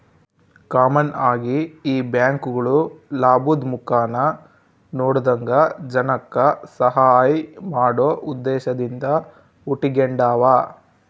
common ಆಗಿ ಈ ಬ್ಯಾಂಕ್ಗುಳು ಲಾಭುದ್ ಮುಖಾನ ನೋಡದಂಗ ಜನಕ್ಕ ಸಹಾಐ ಮಾಡೋ ಉದ್ದೇಶದಿಂದ ಹುಟಿಗೆಂಡಾವ